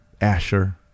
Asher